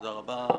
תודה רבה.